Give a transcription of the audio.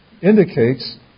indicates